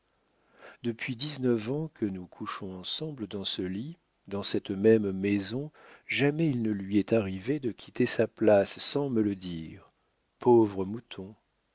depuis dix-neuf ans que nous couchons ensemble dans ce lit dans cette même maison jamais il ne lui est arrivé de quitter sa place sans me le dire pauvre mouton